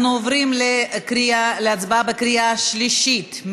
אנחנו עוברים להצבעה בקריאה שלישית.